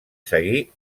seguir